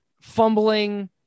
fumbling